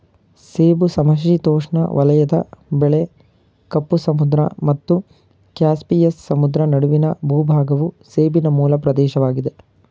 ಸೇಬು ಸಮಶೀತೋಷ್ಣ ವಲಯದ ಬೆಳೆ ಕಪ್ಪು ಸಮುದ್ರ ಮತ್ತು ಕ್ಯಾಸ್ಪಿಯನ್ ಸಮುದ್ರ ನಡುವಿನ ಭೂಭಾಗವು ಸೇಬಿನ ಮೂಲ ಪ್ರದೇಶವಾಗಿದೆ